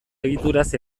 egituraz